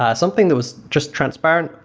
ah something that was just transparent,